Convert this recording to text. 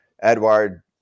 Edward